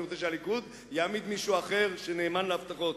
אני רוצה שהליכוד יעמיד מישהו אחר שנאמן להבטחות.